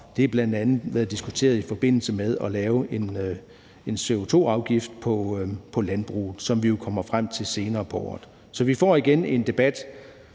Det har bl.a. været diskuteret i forbindelse med at lave en CO2-afgift på landbruget, som vi jo kommer frem til senere på året. Så vi får igen en debat